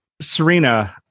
Serena